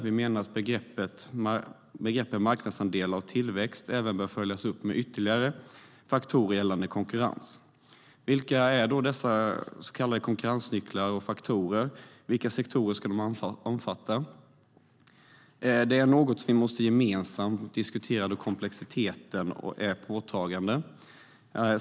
Vi menar att begreppen "marknadsandelar" och "tillväxt" även bör följas upp med ytterligare faktorer gällande konkurrens. Vilka är då dessa så kallade konkurrensnycklar eller faktorer? Vilka sektorer ska de omfatta? Det är något som vi gemensamt måste diskutera då komplexiteten är påtaglig.